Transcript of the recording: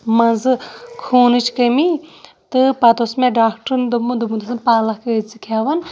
منٛزٕ خوٗنٕچ کٔمی تہٕ پَتہٕ اوس مےٚ ڈاکٹرٛن دوٚپمُت دوٚپمُت اوسُن پالک ٲسۍ زِ کھٮ۪وان